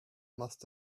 must